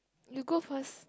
you go first